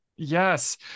Yes